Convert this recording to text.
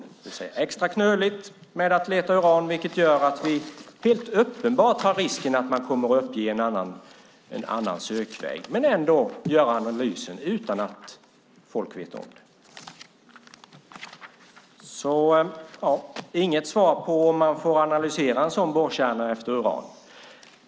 Med oppositionens förslag blir det extra knöligt att leta uran, vilket helt uppenbart leder till risken att man kommer att uppge en annan sökväg och göra analysen utan att folk vet om det. Jag får alltså inget svar på om man får analysera en sådan borrkärna efter uran.